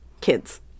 Kids